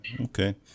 okay